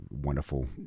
wonderful